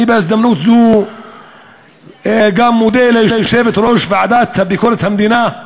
אני בהזדמנות זו גם מודה ליושבת-ראש הוועדה לביקורת המדינה,